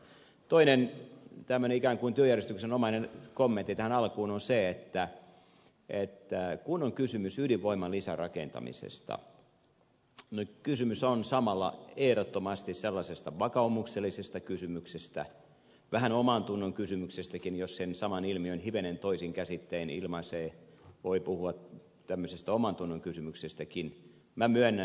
toinen tämmöinen ikään kuin työjärjestyksenomainen kommentti tähän alkuun on se että kun on kysymys ydinvoiman lisärakentamisesta nyt kysymys on samalla ehdottomasti sellaisesta vakaumuksellisesta kysymyksestä vähän omantunnon kysymyksestäkin jos sen saman ilmiön hivenen toisin käsittein ilmaisee voi puhua tämmöisestä omantunnon kysymyksestäkin minä myönnän